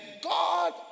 God